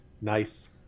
nice